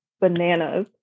bananas